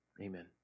Amen